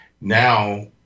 Now